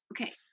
Okay